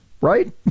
Right